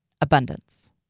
abundance